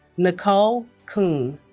nicole kuhn